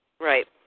Right